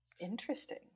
Interesting